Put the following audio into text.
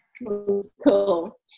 cool